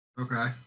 Okay